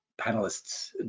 panelists